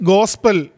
Gospel